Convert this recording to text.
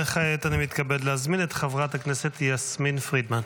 וכעת אני מתכבד להזמין את חברת הכנסת יסמין פרידמן.